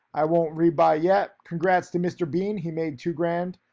i won't rebuy yet. congrats to mr. bean, he made two grand,